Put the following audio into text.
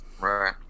Right